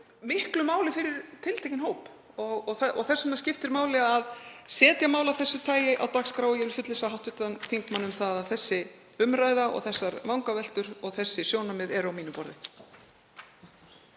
miklu fyrir tiltekinn hóp og þess vegna skiptir máli að setja mál af þessu tagi á dagskrá. Ég vil fullvissa hv. þingmann um að þessi umræða og þessar vangaveltur og þessi sjónarmið eru á mínu borði.